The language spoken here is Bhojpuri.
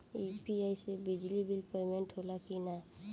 यू.पी.आई से बिजली बिल पमेन्ट होला कि न?